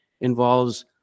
involves